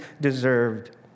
deserved